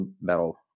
Battle